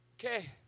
Okay